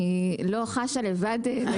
לרגע אני לא חשה לבד.